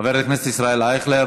חבר הכנסת ישראל אייכלר,